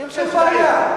אין שום בעיה.